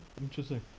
Interesting